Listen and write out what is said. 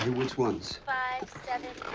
and which ones? five, seven,